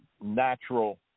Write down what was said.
natural